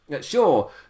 Sure